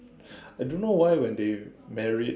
I don't know why when they married